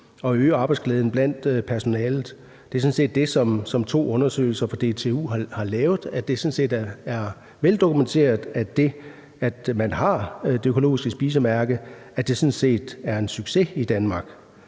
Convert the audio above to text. og øge arbejdsglæden blandt personalet. Det er sådan set det, som to undersøgelser lavet på DTU har vist. Det er sådan set veldokumenteret, at det, at man har Det Økologiske Spisemærke, er en succes i Danmark.